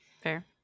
Fair